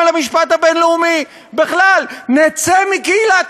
ובדיעבד, אני עוצר את